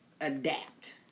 adapt